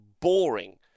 boring